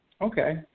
Okay